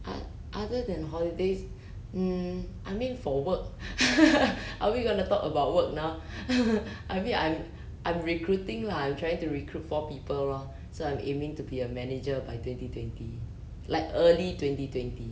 ah other than holidays mm I mean for work are we gonna talk about work now I mean I'm recruiting lah I'm trying to recruit more people lor so I'm aiming to be a manager by twenty twenty like early twenty twenty